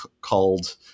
called